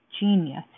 Genius